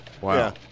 Wow